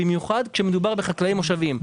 במיוחד כשמדובר בחקלאים מושביים.